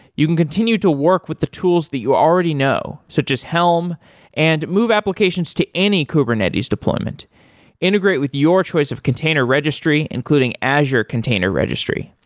you can continue to work with the tools that you already know, so just helm and move applications to any kubernetes deployment integrate with your choice of container registry, including azure container registry.